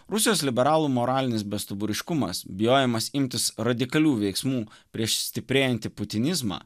rusijos liberalų moralinis bestuburiškumas bijojimas imtis radikalių veiksmų prieš stiprėjantį putinizmą